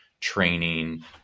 training